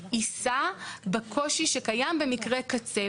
מי יישא בקושי שקיים במקרה קצה.